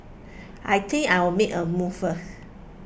I think I'll make a move first